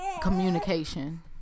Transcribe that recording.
communication